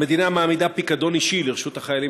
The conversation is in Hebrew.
המדינה מעמידה פיקדון אישי לרשות החיילים